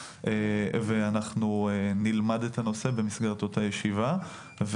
ואנחנו נלמד את הנושא במסגרת אותה הישיבה.